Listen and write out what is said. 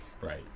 right